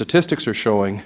statistics are showing